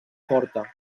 porta